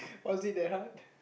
was it that hard